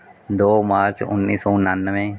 ਦੋ ਮਾਰਚ ਉੱਨੀ ਸੌ ਉਣਾਨਵੇਂ